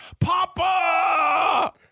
Papa